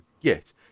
get